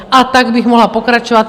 A tak bych mohla pokračovat.